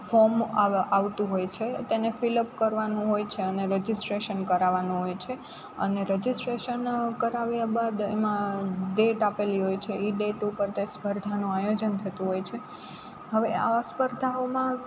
form આવતું હોય છે તેને ફિલઅપ કરવાનું હોય છે રજીસ્ટ્રેશન કરાવવાનું હોય છે અને રજીસ્ટ્રેશન કરાવ્યા બાદ એમાં ડેટ આપેલી હોય છે એ ડેટ પર તે સ્પર્ધાનું આયોજન થતું હોય છે હવે આવી સ્પર્ધાઓમાં